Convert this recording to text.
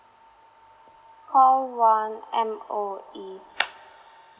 call one M_O_E